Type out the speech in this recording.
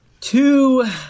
two